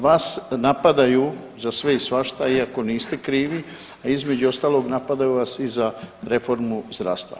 Vas napadaju za sve i svašta iako niste krivi, a između ostalog napadaju vas i za reformu zdravstva.